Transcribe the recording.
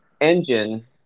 engine